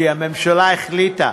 כי הממשלה החליטה,